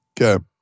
Okay